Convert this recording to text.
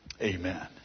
amen